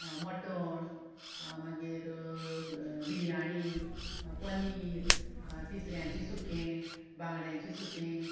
mutton मागीर बिर्याणी पनीर तिसऱ्यांची सुकें बांगड्यांची सुकें